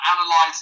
analyzing